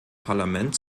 parlament